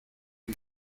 him